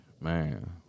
Man